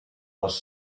was